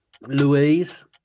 Louise